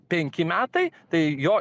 penki metai tai jo